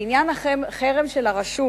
בעניין החרם של הרשות,